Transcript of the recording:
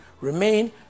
remain